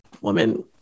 woman